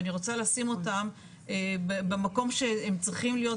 אני רוצה לשים אותם במקום שהם צריכים להיות,